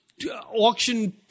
Auction